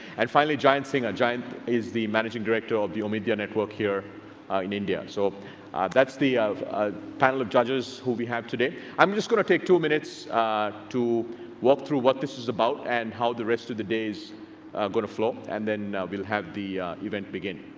and finally, jayant sinha. jayant is the managing director of the omidyar network here in india. so that's the ah panel of judges who we have today, i'm just going to take two minutes to walk through what this is about and how the rest of the day's going to flow. and then we'll have the event begin.